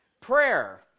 Prayer